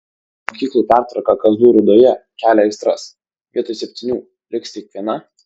mokyklų pertvarka kazlų rūdoje kelia aistras vietoj septynių liks tik viena